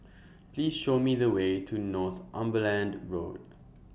Please Show Me The Way to Northumberland Road